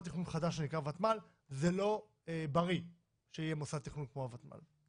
תכנון חדש שנקרא ותמ"ל זה לא בריא שיהיה מוסד תכנון כמו הוותמ"ל.